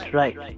right